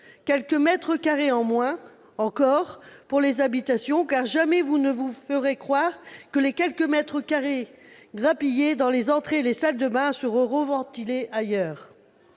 quelques mètres carrés en moins pour les habitations : jamais, en effet, vous ne nous ferez croire que les quelques mètres carrés grappillés dans les entrées et les salles de bains seront ventilés ailleurs.